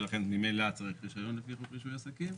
ולכן ממילא צריך רישיון לפי חוק רישוי עסקים.